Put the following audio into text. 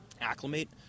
acclimate